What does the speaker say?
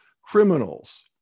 criminals